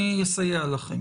ולכן אתם עורכים את הסקר.